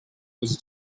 was